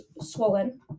swollen